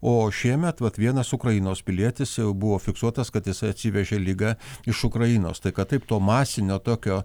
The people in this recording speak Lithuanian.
o šiemet vat vienas ukrainos pilietis buvo fiksuotas kad jisai atsivežė ligą iš ukrainos tai kad taip to masinio tokio